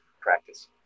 practice